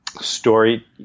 Story